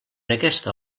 aquesta